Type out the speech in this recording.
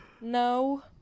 no